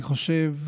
אני חושב,